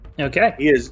Okay